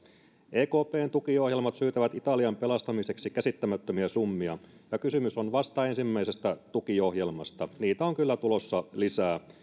ekpn tukiohjelmat syytävät italian pelastamiseksi käsittämättömiä summia ja kysymys on vasta ensimmäisestä tukiohjelmasta niitä on kyllä tulossa lisää